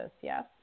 yes